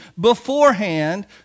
beforehand